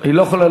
היא לא יכולה.